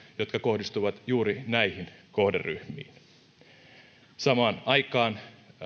jotka kohdistuvat juuri näihin kohderyhmiin samaan aikaan